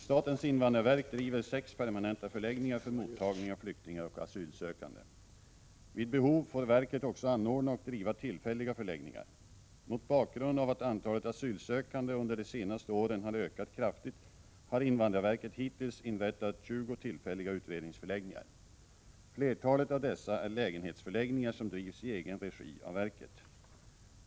Statens invandrarverk driver sex permanenta förläggningar för mottagning av flyktingar och asylsökande. Vid behov får verket också anordna och driva tillfälliga förläggningar. Mot bakgrund av att antalet asylsökande under de senaste åren har ökat kraftigt har invandrarverket hittills inrättat tjugo tillfälliga utredningsförläggningar. Flertalet av dessa är lägenhetsförläggningar som drivs i egen regi av verket.